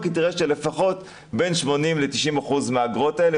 היא תראה שלפחות בין 80% 90% מן האגרות האלה